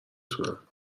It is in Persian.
تونم